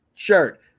Shirt